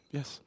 Yes